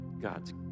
God's